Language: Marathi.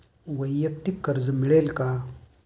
वैयक्तिक कर्ज मिळेल का?